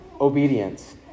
obedience